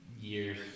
years